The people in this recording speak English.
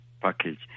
package